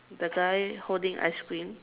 the guy holding ice cream